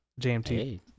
JMT